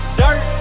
dirt